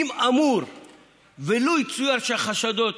לו יצויר שהחשדות